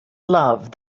love